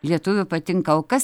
lietuvių patinka o kas